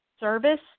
service